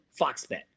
Foxbet